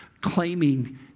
claiming